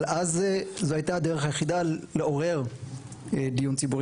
אבל אז זו הייתה הדרך היחידה לעורר דיון ציבורי